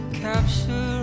capture